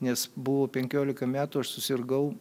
nes buvo penkiolika metų aš susirgau